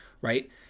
right